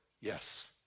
yes